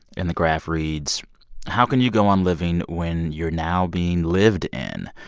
and the graph reads how can you go on living when you're now being lived in,